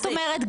את אומרת,